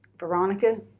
Veronica